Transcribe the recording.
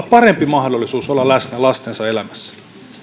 parempi mahdollisuus olla läsnä lastensa elämässä